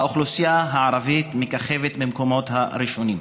האוכלוסייה הערבית מככבת במקומות הראשונים.